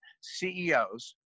CEOs